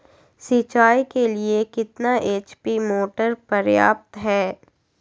सिंचाई के लिए कितना एच.पी मोटर पर्याप्त है?